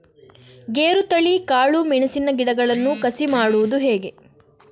ಗೇರುತಳಿ, ಕಾಳು ಮೆಣಸಿನ ಗಿಡಗಳನ್ನು ಕಸಿ ಮಾಡುವುದು ಹೇಗೆ?